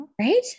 Right